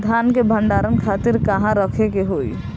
धान के भंडारन खातिर कहाँरखे के होई?